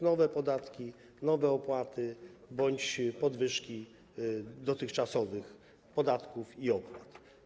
Nowe podatki, nowe opłaty bądź podwyżki dotychczasowych podatków i opłat.